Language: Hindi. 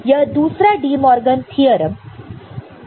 यह दूसरा De Morgan theorem De Morgan's Theorem है